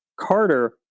Carter